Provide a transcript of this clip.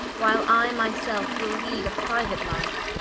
while i my selfe will lead a priuate life,